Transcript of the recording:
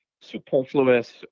superfluous